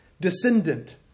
descendant